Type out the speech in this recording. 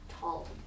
tall